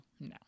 no